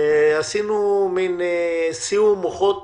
עשינו סיעור מוחות